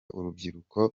urubyiruko